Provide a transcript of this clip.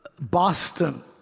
Boston